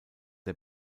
der